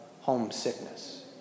homesickness